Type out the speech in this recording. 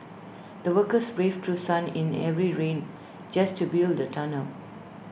the workers braved through sun in every rain just to build the tunnel